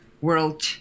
world